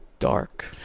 dark